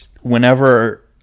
whenever